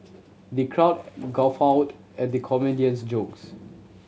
the crowd guffawed at the comedian's jokes